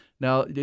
Now